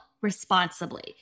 responsibly